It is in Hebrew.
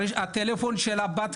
הטלפון של הבת,